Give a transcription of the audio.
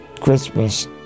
Christmas